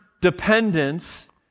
dependence